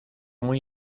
muy